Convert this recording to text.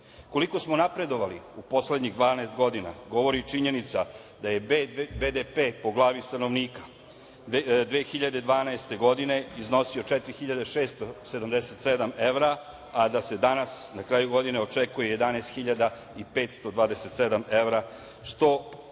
9,1%.Koliko smo napredovali u poslednjih 12 godina govori i činjenica da je BDP po glavi stanovnika 2012. godine iznosio 4.676 evra, a da se danas na kraju godine očekuje 11.527 evra, što je